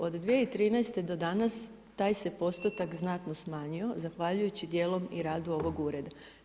Od 2013. do danas, taj se postotak znatno smanjio zahvaljujući dijelom i radu ovog Ureda.